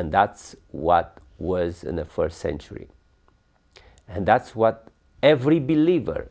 and that's what was in the first century and that's what every believer